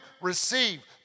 receive